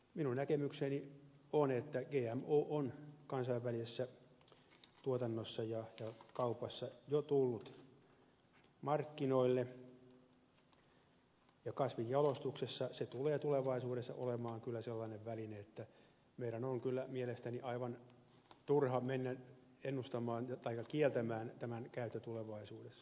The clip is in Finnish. minun näkemykseni on että gmo on kansainvälisessä tuotannossa ja kaupassa jo tullut markkinoille ja kasvinjalostuksessa se tulee tulevaisuudessa olemaan kyllä sellainen väline että meidän on mielestäni aivan turha mennä kieltämään sen käyttö tulevaisuudessa